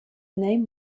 name